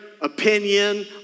opinion